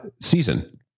season